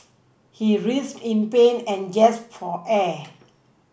he writhed in pain and gasped for air